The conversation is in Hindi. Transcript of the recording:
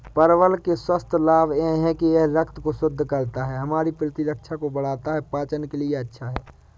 परवल के स्वास्थ्य लाभ यह हैं कि यह रक्त को शुद्ध करता है, हमारी प्रतिरक्षा को बढ़ाता है, पाचन के लिए अच्छा है